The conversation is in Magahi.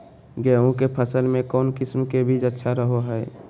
गेहूँ के फसल में कौन किसम के बीज अच्छा रहो हय?